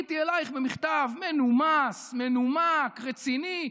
פניתי אלייך במכתב מנומס, מנומק, רציני.